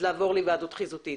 לעבור להיוועדות חזותית.